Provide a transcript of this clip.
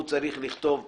הוא צריך לכתוב פוטר,